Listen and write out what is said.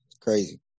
Crazy